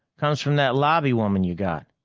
comes from that lobby woman you got.